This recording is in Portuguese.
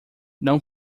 não